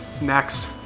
Next